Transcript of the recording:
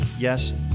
Yes